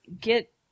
Get